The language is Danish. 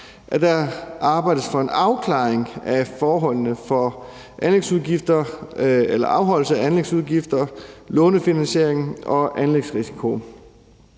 at der arbejdes for en afklaring af afholdelsen af anlægsudgifterne, lånefinansieringen og anlægsrisikoen.